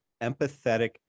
empathetic